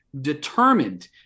determined